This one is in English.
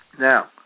Now